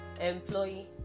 employee